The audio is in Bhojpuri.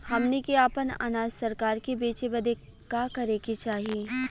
हमनी के आपन अनाज सरकार के बेचे बदे का करे के चाही?